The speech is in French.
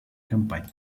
campagne